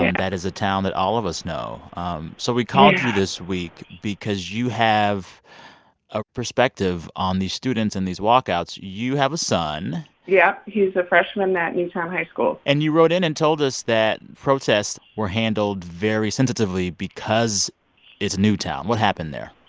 and that is a town that all of us know yeah um so we called you this week because you have a perspective on these students and these walkouts. you have a son yeah, he's a freshman at newtown high school and you wrote in and told us that protests were handled very sensitively because it's newtown. what happened there?